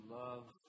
love